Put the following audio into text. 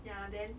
ya then